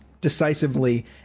decisively